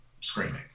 screaming